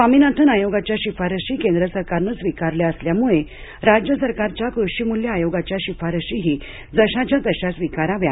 स्वामीनाथन आयोगाच्या शिफारशी केंद्र सरकारने स्विकारल्या असल्यामूळे राज्य सरकारच्या कृषीमूल्य आयोगाच्या शिफारशीही जशाच्या तशा स्विकाराव्या